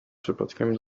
przypadkiem